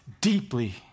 deeply